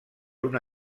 una